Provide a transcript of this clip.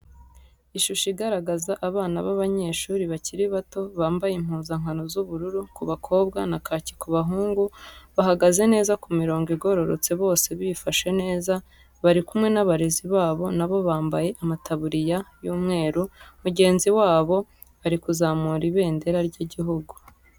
Ishusho igaragaza abana b'abanyeshuri bakiri bato, bambaye impuzankano z'ubururu ku bakobwa na kaki ku bahungu, bahagaze neza ku mirongo igororotse bose bifashe neza bari kumwe n'abarezi babo nabo bambaye amataburiya y'umweru, mugenzi wabo ari kuzamura ibendera ry'igihugu.